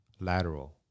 lateral